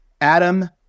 Adam